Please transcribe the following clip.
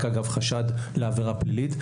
רק אגב חשד לעבירה פלילית.